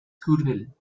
kurbeln